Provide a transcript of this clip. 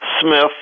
Smith